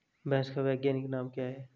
भैंस का वैज्ञानिक नाम क्या है?